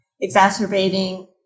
exacerbating